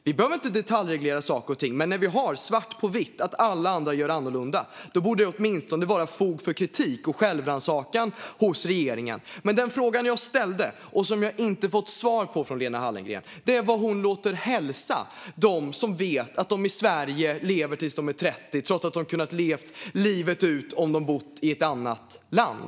Vi behöver inte detaljreglera saker och ting. Men när vi har svart på vitt att alla andra gör annorlunda borde det åtminstone finnas fog för kritik mot och självrannsakan hos regeringen. Frågan jag ställde och som jag inte har fått svar på från Lena Hallengren är vad hon låter hälsa dem som vet att de i Sverige kommer att leva tills de är 30, trots att de hade kunnat leva ett långt liv om de hade bott i ett annat land.